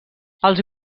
els